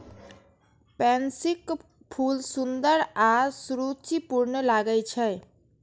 पैंसीक फूल सुंदर आ सुरुचिपूर्ण लागै छै